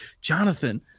jonathan